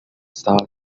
star